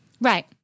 Right